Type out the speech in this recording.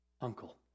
uncle